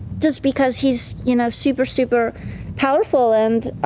just because he's, you know, super super powerful, and